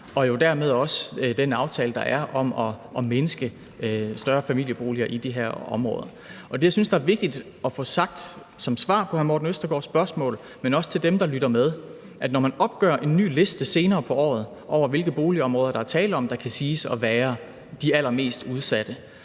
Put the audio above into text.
jo dermed også den aftale, der er, om at mindske større familieboliger i de her områder. Og det, jeg synes, der er vigtigt at få sagt, både som svar på hr. Morten Østergaards spørgsmål, men også til dem, der lytter med, er, at når man opgør en ny liste senere på året over, hvilke boligområder der er tale om kan siges at være de allermest udsatte,